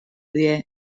die